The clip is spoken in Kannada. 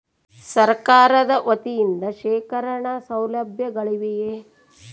ಸರಕಾರದ ವತಿಯಿಂದ ಶೇಖರಣ ಸೌಲಭ್ಯಗಳಿವೆಯೇ?